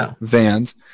Vans